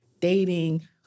dating